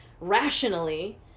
rationally